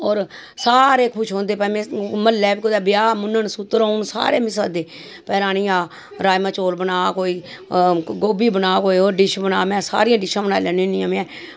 होर सारे खुश होंदे कि भई में म्हल्लै बी कुदै ब्याह् मूनन सूत्तरा होऐ ते सारे मिगी सद्दे कि रानी आं राजमांह् चौल बनाऽ कोई गोभी बना कोई होर डिश बना सारियां डिशां बनाई लैन्नी आं में